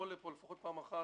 שיבואו לפה פחות פעם אחת.